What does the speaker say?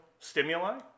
Stimuli